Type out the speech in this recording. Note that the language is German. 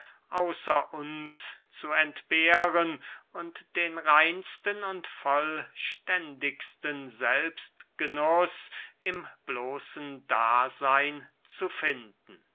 außer uns zu entbehren und den reinsten und vollständigsten selbstgenuß im bloßen daseyn zu finden